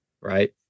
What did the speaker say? right